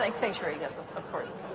like sanctuary, yes, ah of course.